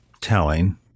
telling